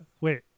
Wait